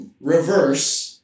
reverse